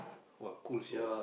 !wah! cool sia